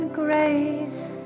grace